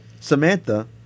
Samantha